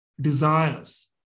desires